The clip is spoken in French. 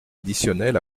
additionnels